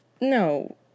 No